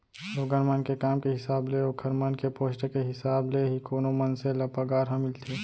लोगन मन के काम के हिसाब ले ओखर मन के पोस्ट के हिसाब ले ही कोनो मनसे ल पगार ह मिलथे